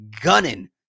gunning